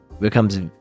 becomes